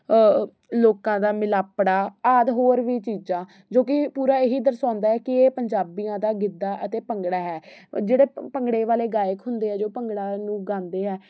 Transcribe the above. ਲੋਕਾਂ ਦਾ ਮਿਲਾਪੜਾ ਆਦਿ ਹੋਰ ਵੀ ਚੀਜ਼ਾਂ ਜੋ ਕਿ ਪੂਰਾ ਇਹੀ ਦਰਸਾਉਂਦਾ ਹੈ ਕਿ ਇਹ ਪੰਜਾਬੀਆਂ ਦਾ ਗਿੱਧਾ ਅਤੇ ਭੰਗੜਾ ਹੈ ਜਿਹੜੇ ਭੰਗੜੇ ਵਾਲੇ ਗਾਇਕ ਹੁੰਦੇ ਆ ਜੋ ਭੰਗੜਾ ਨੂੰ ਗਾਉਂਦੇ ਆ